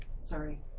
sorry